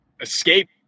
escape